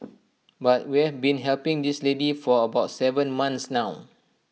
but we have been helping this lady for about Seven months now